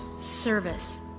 service